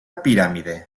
piràmide